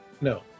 no